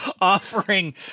Offering